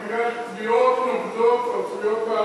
אבל בגלל תביעות נוגדות על זכויות בעלות,